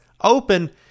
open